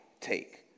take